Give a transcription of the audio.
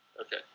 Okay